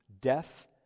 death